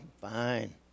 fine